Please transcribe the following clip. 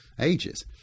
ages